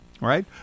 right